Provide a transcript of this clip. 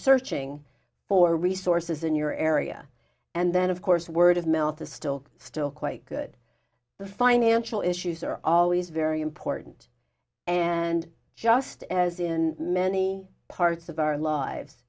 searching for resources in your area and then of course word of mouth is still still quite good the financial issues are always very important and just as in many parts of our lives